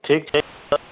ठीक छै तऽ